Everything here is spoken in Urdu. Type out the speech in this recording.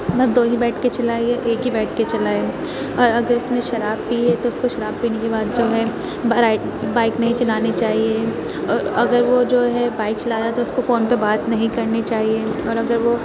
میں دو ہی بیٹھ کے چلائیے ایک ہی بیٹھ کے چلائے اور اگر اُس نے شراب پی ہے تو اُس کو شراب پینے کے بعد جو ہے بارہ بائک نہیں چلانی چاہیے اور اگر وہ جو ہے بائک چلا رہا ہے تو اُس کو فون پہ بات نہیں کرنی چاہیے اور اگر وہ